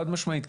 חד-משמעית,